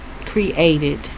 created